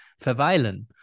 verweilen